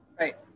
Right